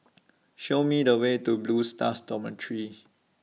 Show Me The Way to Blue Stars Dormitory